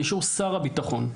באישור שר הביטחון,